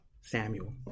Samuel